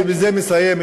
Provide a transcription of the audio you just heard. ובזה אני מסיים,